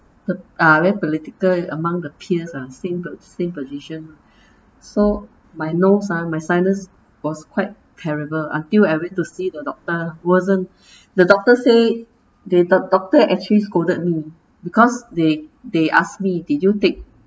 the ah very political among the peers ah same po~ same position so my nose ah my sinus was quite terrible until I went to see the doctor wasn't the doctor say they the doctor actually scolded me because they they asked me did you take